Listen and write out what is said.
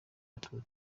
yateguwe